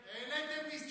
העליתם מיסים.